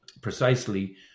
precisely